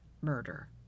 murder